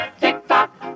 Tick-tock